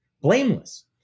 blameless